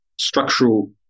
structural